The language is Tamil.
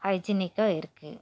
ஹைஜீனிக்காக இருக்குது